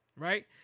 Right